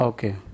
Okay